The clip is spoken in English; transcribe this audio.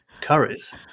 curries